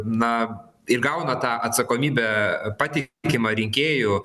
na įgauna tą atsakomybę patikimą rinkėjų